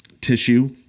tissue